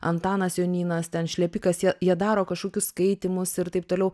antanas jonynas ten šlepikas jie jie daro kažkokius skaitymus ir taip toliau